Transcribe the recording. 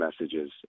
messages